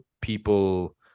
people